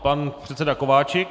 Pan předseda Kováčik.